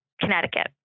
Connecticut